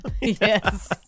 Yes